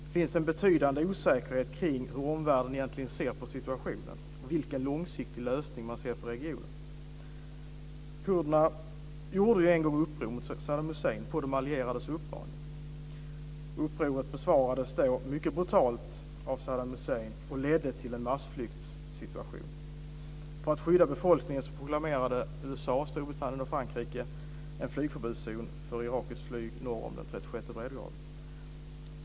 Det finns en betydande osäkerhet kring hur omvärlden egentligen ser på situationen, vilken långsiktig lösning man ser för regionen. Kurderna gjorde ju en gång uppror mot Saddam Hussein på de allierades uppmaning. Upproret besvarades då mycket brutalt av Saddam Hussein och ledde till en massflyktssituation. För att skydda befolkningen proklamerade USA, Storbritannien och Frankrike en flygförbudszon för irakiskt flyg norr om den 36:e breddgraden.